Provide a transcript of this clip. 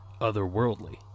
otherworldly